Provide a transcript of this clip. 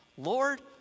Lord